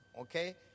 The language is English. okay